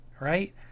right